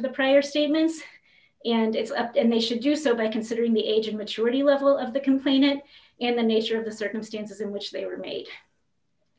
the prior statements and it's up and they should do so by considering the age of maturity level of the complaining and the nature of the circumstances in which they were made